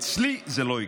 אצלי זה לא יקרה.